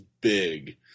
big